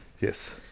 Yes